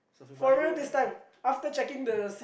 for real this time after checking the